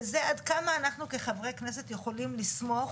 וזה עד כמה אנחנו כחברי כנסת יכולים לסמוך,